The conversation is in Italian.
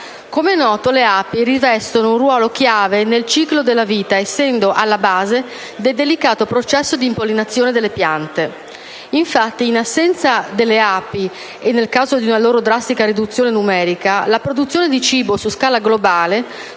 Com'è noto, le api rivestono un ruolo chiave nel ciclo della vita, essendo alla base del delicato processo di impollinazione delle piante. Infatti, in assenza delle api o nel caso di una loro drastica riduzione numerica la produzione di cibo su scala globale